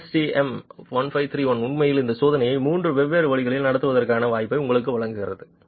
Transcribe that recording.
ஏஎஸ்டிஎம் 1531 உண்மையில் இந்த சோதனையை மூன்று வெவ்வேறு வழிகளில் நடத்துவதற்கான வாய்ப்பை உங்களுக்கு வழங்குகிறது